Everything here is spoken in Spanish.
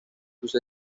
sus